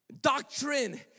doctrine